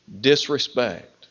disrespect